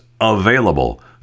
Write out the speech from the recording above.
available